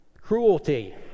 cruelty